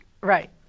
Right